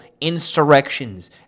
insurrections